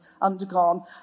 undergone